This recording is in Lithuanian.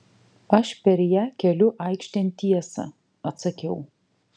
aš per ją keliu aikštėn tiesą atsakiau